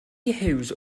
hughes